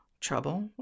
trouble